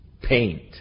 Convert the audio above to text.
paint